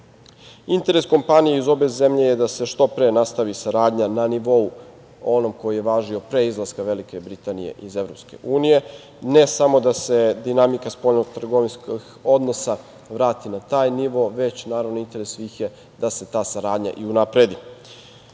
suficit. Interes kompanije iz obe zemlje je da se što pre nastavi saradnja na nivou onom koji je važio pre izlaska Velike Britanije iz Evropske unije, ne samo da se dinamika spoljno-trgovinskih odnosa vrati na taj nivo, već naravno interes svih je da se ta saradnja i unapredi. Ovaj